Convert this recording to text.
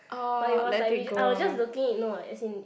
but it was like we I was just looking you know like as in